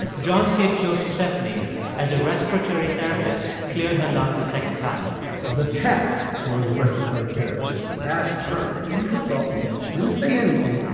john stayed close to stephanie as a respiratory therapist cleared her lungs a second time the tech or the respiratory therapist asked her didn't consult me, didn't say anything,